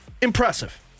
impressive